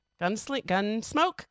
Gunsmoke